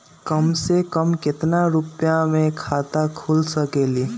कम से कम केतना रुपया में खाता खुल सकेली?